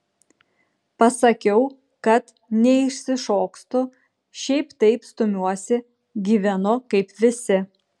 pasakiau kad neišsišokstu šiaip taip stumiuosi gyvenu kaip visi